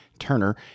turner